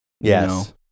Yes